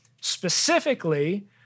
specifically